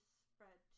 spread